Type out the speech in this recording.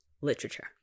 literature